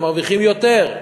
הם מרוויחים יותר.